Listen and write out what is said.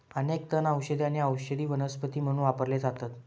अनेक तण औषधी आणि औषधी वनस्पती म्हणून वापरले जातत